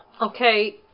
Okay